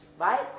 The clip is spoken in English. right